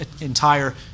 entire